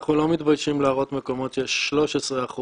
אנחנו לא מתביישים להראות מקומות שיש 13%